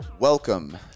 Welcome